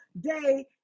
day